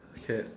okay